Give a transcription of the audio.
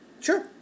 Sure